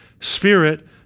spirit